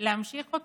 להמשיך אותו,